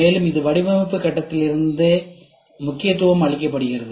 மேலும் இது வடிவமைப்பு கட்டத்திலிருந்தே முக்கியத்துவம் அளிக்கப்படுகிறது